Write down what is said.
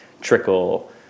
trickle